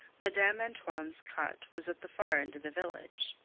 madame antoine's cot was at the far end of the village.